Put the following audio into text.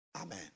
Amen